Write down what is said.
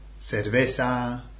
cerveza